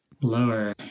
Lower